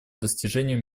достижению